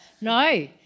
No